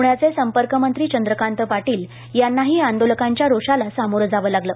पूण्याचे संपर्कमंत्री चंद्रकांत पाटील यांनाही ा दोलकांच्या रोषाला सामोरं जावं लागलं